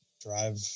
drive